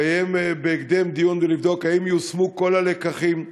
לקיים בהקדם דיון ולבדוק אם יושמו כל הלקחים.